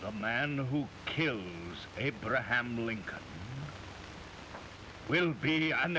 the man who killed abraham lincoln will be